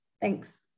Thanks